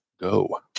go